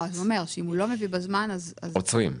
אם הוא לא מביא בזמן, עוצרים.